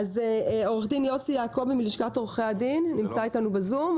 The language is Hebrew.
עורך דין יוסי יעקובי מלשכת עורכי הדין, בבקשה.